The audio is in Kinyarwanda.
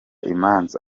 imanza